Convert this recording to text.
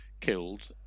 Killed